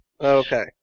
Okay